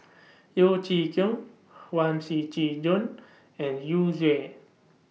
Yeo Chee Kiong Huang Shiqi Joan and Yu Zhuye